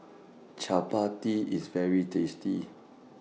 Chappati IS very tasty